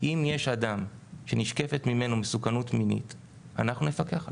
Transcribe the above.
אם יש אדם שנשקפת ממנו מסוכנות מינית אנחנו נפקח עליו,